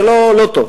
זה לא טוב.